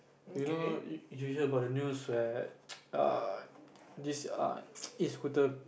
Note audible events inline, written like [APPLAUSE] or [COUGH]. you know you hear about the news where [NOISE] err this err [NOISE] e-scooter